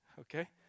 Okay